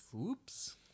Oops